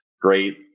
great